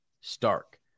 Stark